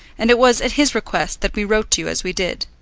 and it was at his request that we wrote to you as we did.